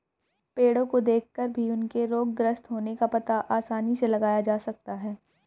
पेड़ो को देखकर भी उनके रोगग्रस्त होने का पता आसानी से लगाया जा सकता है